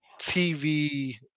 TV